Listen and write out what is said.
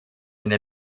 eine